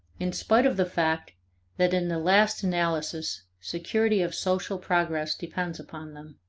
in spite of the fact that in the last analysis security of social progress depends upon them.